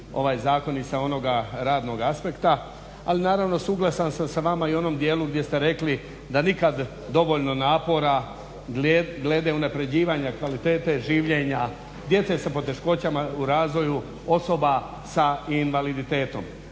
ovaj zakon i sa onoga radnog aspekta, ali naravno suglasan sam sa vama i u onom dijelu gdje ste rekli da nikad dovoljno napora glede unaprjeđivanja kvalitete življenja djece sa poteškoćama u razvoju, osoba sa invaliditetom.